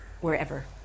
wherever